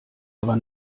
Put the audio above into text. aber